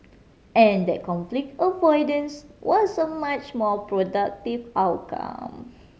and that conflict avoidance was a much more productive outcome